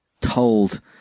told